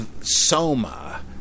Soma